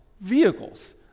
vehicles